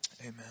Amen